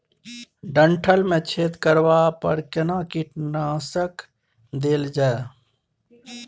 डंठल मे छेद करबा पर केना कीटनासक देल जाय?